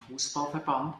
fußballverband